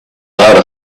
how